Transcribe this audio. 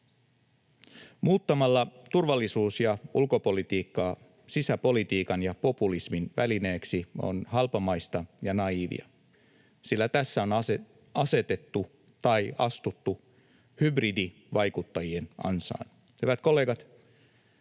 Turvallisuus- ja ulkopolitiikan muuttaminen sisäpolitiikan ja populismin välineeksi on halpamaista ja naiivia, sillä tässä on astuttu hybridivaikuttajien ansaan. Hyvät kollegat,